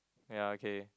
ya okay